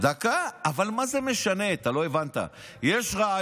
זה מה שהיה עד